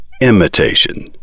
Imitation